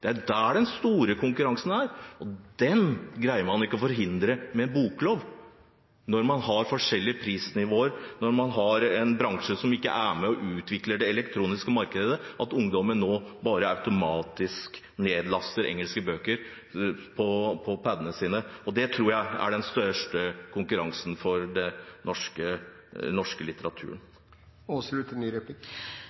Det er der den store konkurransen er. Den greier man ikke å forhindre med en boklov når man har forskjellige prisnivåer, når man har en bransje som ikke er med og utvikler det elektroniske markedet, og når ungdommen nå bare automatisk laster ned engelske bøker på Pad-ene sine. Det tror jeg er den største konkurransen for den norske litteraturen.